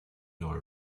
nor